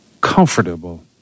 comfortable